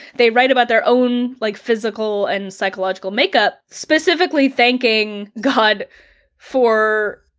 they write about their own like physical and psychological makeup, specifically thanking god for,